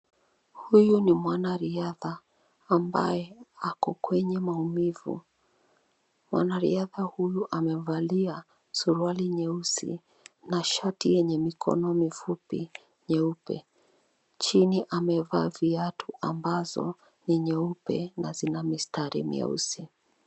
Huyu ni mwanariadha ambaye ako kwenye maumivu. Mwanariadha huyu amevalia suruali nyeusi na shati yenye mikono mifupi nyeupe. Chini amevaa viatu ambazo ni nyeupe na zina mistari mieusi.